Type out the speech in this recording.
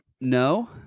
No